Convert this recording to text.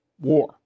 war